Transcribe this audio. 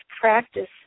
practice